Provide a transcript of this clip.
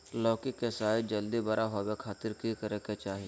लौकी के साइज जल्दी बड़ा होबे खातिर की करे के चाही?